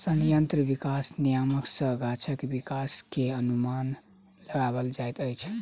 संयंत्र विकास नियामक सॅ गाछक विकास के अनुमान लगायल जाइत अछि